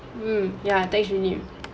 mm ya tax relief